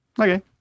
Okay